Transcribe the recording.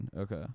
Okay